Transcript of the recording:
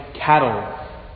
cattle